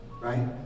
right